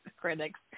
critics